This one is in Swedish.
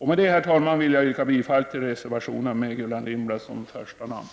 Med det, herr talman, vill jag yrka bifall till de reservationer där Gullan Lindblad står som första namn.